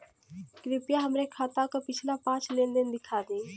कृपया हमरे खाता क पिछला पांच लेन देन दिखा दी